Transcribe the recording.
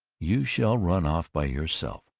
you shall run off by yourself!